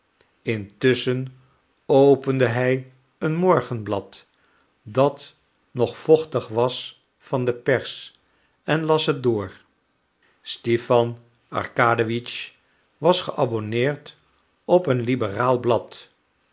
intusschen opende hij een morgenblad dat nog vochtig was van de pers en las het door stipan arkadiewitsch was geabonneerd op een liberaal blad